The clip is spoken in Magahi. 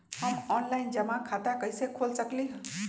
हम ऑनलाइन जमा खाता कईसे खोल सकली ह?